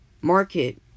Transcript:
market